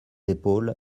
épaules